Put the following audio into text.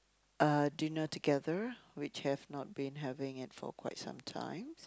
uh dinner together which have not been having at for quite some time